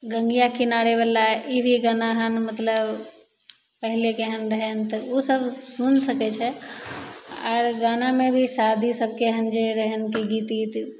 गङ्गिआ किनारेवला ई भी हम गाना हँ मतलब पहिले केहन रहै तऽ ओसब सुनि सकै छै आओर गानामे भी शादी सबके रहै हँ गीत तीत